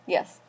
Yes